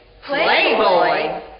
Playboy